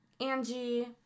Angie